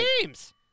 games